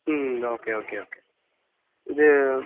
ம் okay okay okay இது